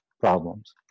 problems